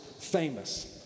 famous